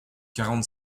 quarante